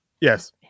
yes